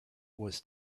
was